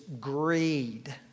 greed